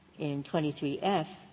in twenty three f,